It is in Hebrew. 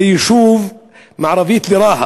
זה יישוב מערבית לרהט,